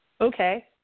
Okay